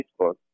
Facebook